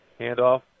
Handoff